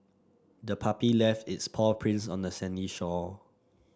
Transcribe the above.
the puppy left its paw prints on the sandy shore